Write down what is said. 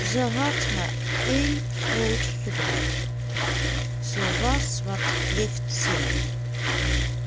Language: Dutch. ze had maar één groot gebrek ze was wat litzinnig